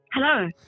Hello